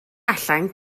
allan